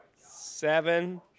Seven